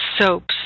soaps